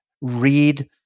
read